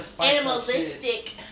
animalistic